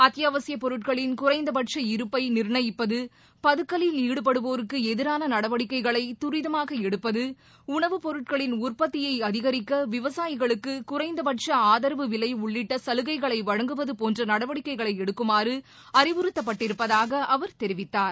அத்தியாவசியப் பொருட்களின் குறைந்தபட்ச இருப்பை நிர்ணயிப்பது பதுக்கல்லில் ஈடுபடுவோருக்கு எதிரான நடவடிக்கைகளை துரிதமாக எடுப்பது உணவுப் பொருட்களின் உற்பத்தியை அதிகரிக்க விவசாயிகளுக்கு குறைந்தபட்ச ஆதரவு விலை உள்ளிட்ட சலுகைகளை வழங்குவது உள்ளிட்ட நடவடிக்கைகளை எடுக்குமாறு அறிவுறுத்தப்பட்டிருப்பதாக அவர் தெரிவித்தார்